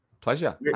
Pleasure